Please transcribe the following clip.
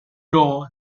door